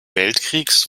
weltkriegs